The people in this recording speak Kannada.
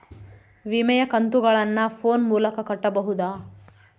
ವಿಮೆಯ ಕಂತುಗಳನ್ನ ಫೋನ್ ಮೂಲಕ ಕಟ್ಟಬಹುದಾ?